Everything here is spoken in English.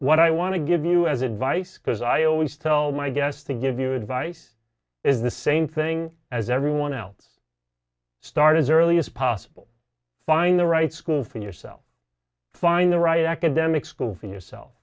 what i want to give you as advice because i always tell my guests to give you advice is the same thing as everyone else start as early as possible find the right school for yourself find the right academic school for yourself